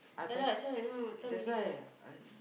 ya lah that's why now what time already sia